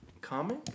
comic